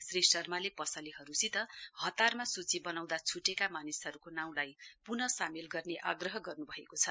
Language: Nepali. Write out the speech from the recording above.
श्री शर्माले पसलेहरूसित हतारमा सूची बनाउँदा छुटेका मानिसहरूको नाँउलाई पुनः सामेल गर्ने आग्रह गर्नुभएको छ